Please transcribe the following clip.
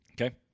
Okay